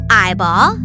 eyeball